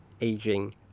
aging